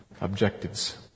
objectives